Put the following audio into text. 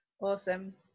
awesome